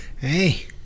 Hey